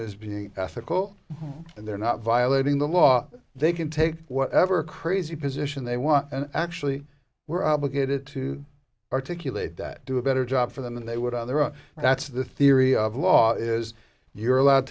is being ethical and they're not violating the law they can take whatever crazy position they want and actually we're obligated to articulate that do a better job for them than they would on their own that's the theory of law is you're allowed